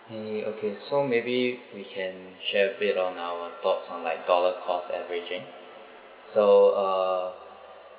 mm okay so maybe we can share a bit on our thoughts on like dollar cost averaging so uh